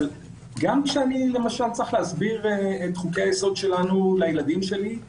גם כשאני צריך להסביר את חוקי היסוד לילדים שלי,